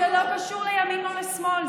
זה לא קשור לימין או לשמאל,